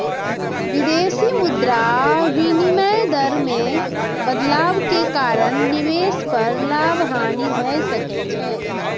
विदेशी मुद्रा विनिमय दर मे बदलाव के कारण निवेश पर लाभ, हानि भए सकै छै